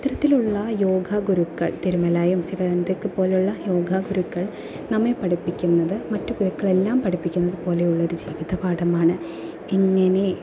അത്തരത്തിലുള്ള യോഗാ ഗുരുക്കൾ തിരുമലയും ശിവാനന്ദയെ യോഗാ ഗുരുക്കൾ നമ്മെ പഠിപ്പിക്കുന്നത് മറ്റ് ഗുരുക്കളെല്ലാം പഠിപ്പിക്കുന്നത് പോലെയുള്ളൊരു ജീവിത പാഠമാണ് എങ്ങനെ